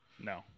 No